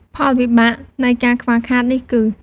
ផលវិបាកនៃការខ្វះខាតនេះគឺ៖